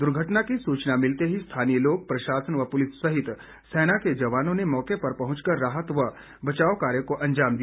दुर्घटना की सूचना मिलते ही स्थानीय लोग प्रशासन व पुलिस सहित सेना के जवानों ने मौके पर पहुंचकर राहत व बचाव कार्य को अंजाम दिया